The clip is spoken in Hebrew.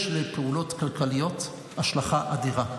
יש לפעולות כלכליות השלכה אדירה.